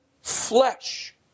flesh